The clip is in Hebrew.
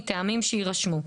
מטעמים שיירשמו.